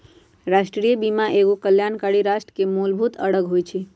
राष्ट्रीय बीमा एगो कल्याणकारी राष्ट्र के मूलभूत अङग होइ छइ